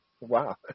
Wow